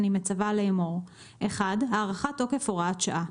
אני מצווה לאמור: הארכת תוקף הוראת שעה1.